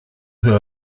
who